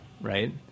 right